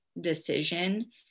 decision